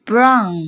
Brown